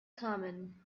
common